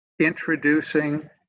introducing